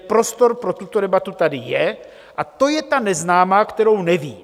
Prostor pro tuto debatu tady je a to je ta neznámá, kterou nevím.